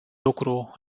lucru